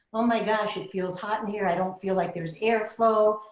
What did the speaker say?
oh my gosh, it feels hot in here. i don't feel like there's air flow.